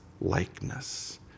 likeness